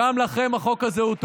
גם לכם החוק הזה הוא טוב.